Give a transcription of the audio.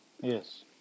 Yes